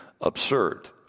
absurd